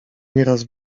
nieraz